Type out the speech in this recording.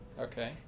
Okay